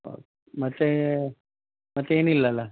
okay ಮತ್ತು ಮತ್ತು ಏನು ಇಲ್ಲ ಅಲ್ಲ